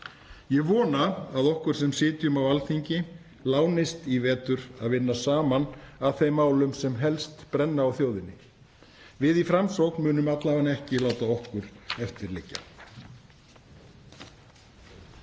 Ég vona að okkur sem sitjum á Alþingi lánist í vetur að vinna saman að þeim málum sem helst brenna á þjóðinni. Við í Framsókn munum alla vega ekki láta okkar eftir liggja.